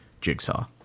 Jigsaw